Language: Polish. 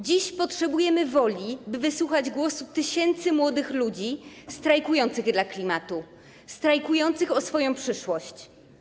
Dziś potrzebujemy woli, by wysłuchać głosu tysięcy młodych ludzi strajkujących dla klimatu, strajkujących o swoją przyszłość.